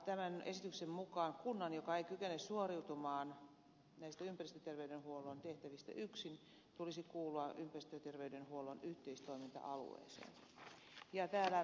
tämän esityksen mukaan kunnan joka ei kykene suoriutumaan näistä ympäristöterveydenhuollon tehtävistä yksin tulisi kuulua ympäristöterveydenhuollon yhteistoiminta alueeseen